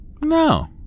No